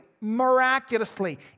miraculously